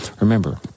Remember